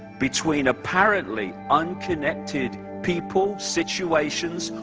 between apparently unconnected people, situations,